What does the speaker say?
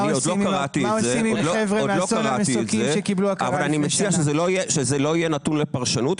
אני עוד לא קראתי את זה אבל אני מציע שזה לא יהיה נתון לפרשנות,